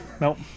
Nope